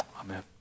Amen